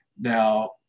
Now